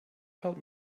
help